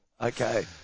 Okay